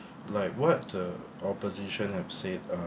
like what the opposition have said uh